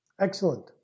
Excellent